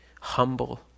humble